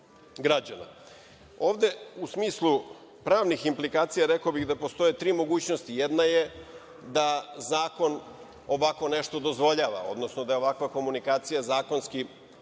građana. Ovde u smislu pravnih implikacija, rekao bih da postoje tri mogućnosti. Jedna je, da Zakon ovako nešto dozvoljava, odnosno da je ovakva komunikacija zakonski dozvoljena